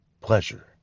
pleasure